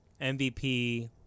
MVP